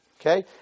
Okay